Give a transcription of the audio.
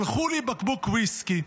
שלחו לי בקבוק ויסקי.